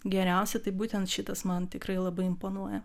geriausia tai būtent šitas man tikrai labai imponuoja